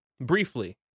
briefly